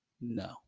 no